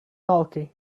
talking